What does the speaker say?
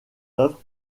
œuvres